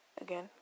Again